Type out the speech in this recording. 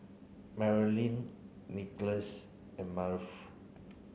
Marylin Nikolas and Arnulfo